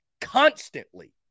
constantly